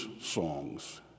songs